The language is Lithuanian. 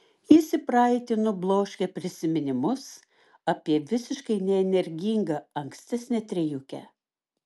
jis į praeitį nubloškia prisiminimus apie visiškai neenergingą ankstesnę trejukę